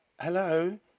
hello